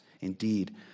indeed